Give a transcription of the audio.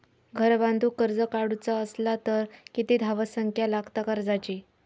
घर बांधूक कर्ज काढूचा असला तर किती धावसंख्या लागता कर्जाची?